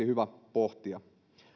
hyvä pohtia